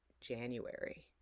January